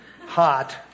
hot